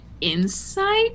Insight